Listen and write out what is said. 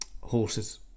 horses